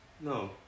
No